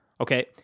Okay